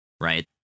Right